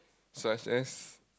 so I says